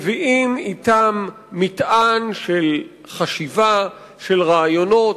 מביאים אתם מטען של חשיבה, של רעיונות,